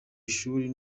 ishuri